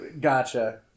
Gotcha